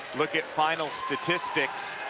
look at final statistics.